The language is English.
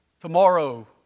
tomorrow